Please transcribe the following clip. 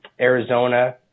Arizona